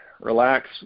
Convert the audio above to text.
relax